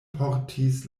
portis